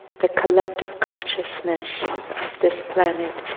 the collective consciousness of this planet,